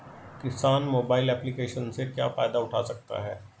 किसान mobile application से क्या फायदा उठा सकता है?